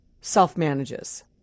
self-manages